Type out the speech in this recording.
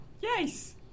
Yes